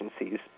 agencies